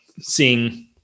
seeing